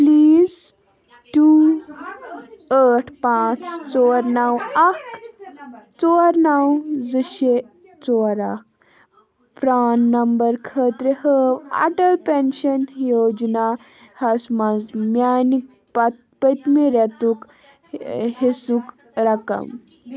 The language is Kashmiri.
پٕلیٖز ٹوٗ ٲٹھ پانٛژھ ژور نَو اَکھ ژور نَو زٕ شےٚ ژور اَکھ پرٛان نمبر خٲطرٕ ہٲو اَٹل پٮ۪نٛشَن یوجناہَس منٛز میٛانہِ پتہٕ پٔتۍمہِ رٮ۪تُک حِصُک رقم